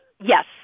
Yes